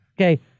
Okay